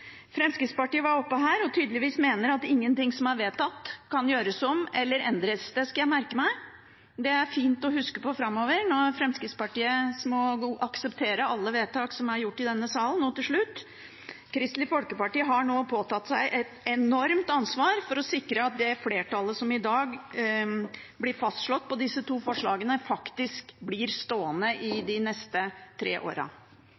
Fremskrittspartiet var oppe her og mener tydeligvis at ingenting som er vedtatt, kan gjøres om eller endres. Det skal jeg merke meg. Det er fint å huske på framover, når Fremskrittspartiet må akseptere alle vedtak som er gjort i denne salen. Og helt til slutt: Kristelig Folkeparti har nå påtatt seg et enormt ansvar for å sikre at det flertallet som i dag blir fastslått når det gjelder de to forslagene, faktisk blir stående